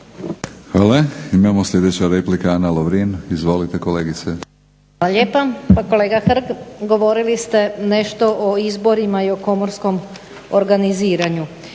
Hvala. Imamo sljedeća replika, Ana Lovrin. Izvolite kolegice. **Lovrin, Ana (HDZ)** Hvala lijepa. Pa kolega Hrg, govorili ste nešto o izborima i o komorskom organiziranju.